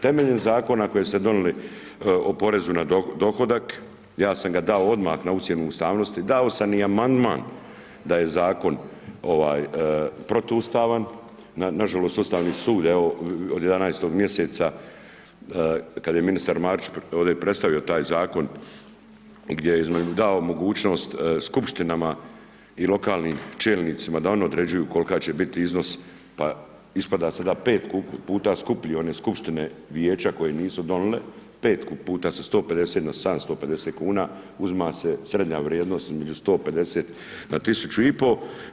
Temeljem zakona koji ste donijeli o porezu na dohodak ja sam ga dao odmah na ocjenu ustavnosti, dao sam i amandman da je zakon protuustavan, nažalost Ustavni sud evo, od 11. mj. kad je ministar Marić ovdje predstavio taj zakon gdje je dao mogućnost skupštinama i lokalnim čelnicima da oni određuju koliko će biti iznos pa ispada sada 5 puta skuplji one skupštine vijeća koje nisu donijele, 5 puta su 150 na 750 kn, uzima se srednja vrijednost između 150 na 1500.